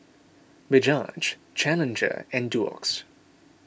Bajaj Challenger and Doux